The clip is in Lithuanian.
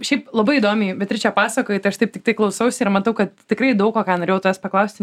šiaip labai įdomiai beatriče pasakoji tai aš taip tiktai klausausi ir matau kad tikrai daug ko ką norėjau tavęs paklausti